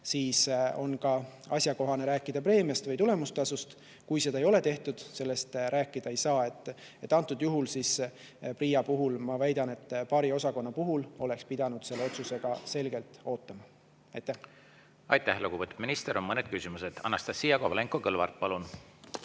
siis on asjakohane rääkida preemiast või tulemustasust, kui seda ei ole tehtud, siis sellest rääkida ei saa. Antud juhul PRIA kohta ma väidan, et paari osakonna puhul oleks pidanud selle otsusega selgelt ootama. Aitäh! Aitäh, lugupeetud minister! On mõned küsimused. Anastassia Kovalenko-Kõlvart, palun!